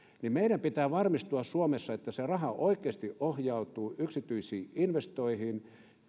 niin meidän pitää varmistua suomessa että se raha oikeasti ohjautuu yksityisiin investointeihin